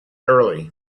early